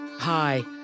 Hi